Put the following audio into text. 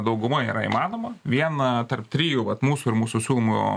dauguma yra įmanoma viena tarp trijų vat mūsų ir mūsų siūlomo